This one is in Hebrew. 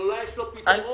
אולי יש לו פתרון.